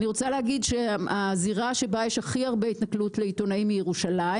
אני רוצה להגיד שהזירה שבה יש הכי הרבה התנכלות לעיתונאים מירושלים,